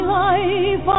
life